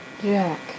Jack